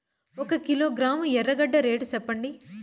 ఒక కిలోగ్రాము ఎర్రగడ్డ రేటు సెప్పండి?